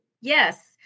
Yes